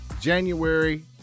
January